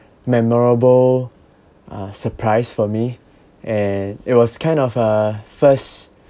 memorable uh surprise for me and it was kind of uh first